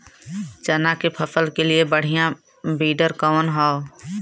चना के फसल के लिए बढ़ियां विडर कवन ह?